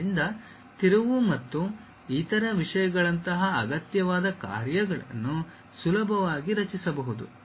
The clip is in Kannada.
ಆದ್ದರಿಂದ ತಿರುವು ಮತ್ತು ಇತರ ವಿಷಯಗಳಂತಹ ಅಗತ್ಯವಾದ ಕಾರ್ಯಾಚರಣೆಗಳನ್ನು ಸುಲಭವಾಗಿ ರಚಿಸಬಹುದು